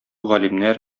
галимнәр